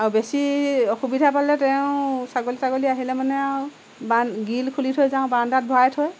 আৰু বেছি অসুবিধা পালে তেওঁ ছাগলী তাগলী আহিলে মানে আৰু বা গ্ৰিল খুলি থৈ যাওঁ বাৰাণ্ডাত ভৰাই থয়